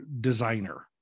designer